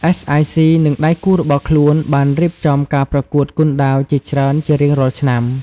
អ្វេស អាយ សុី និងដៃគូរបស់ខ្លួនបានរៀបចំការប្រកួតគុនដាវជាច្រើនជារៀងរាល់ឆ្នាំ។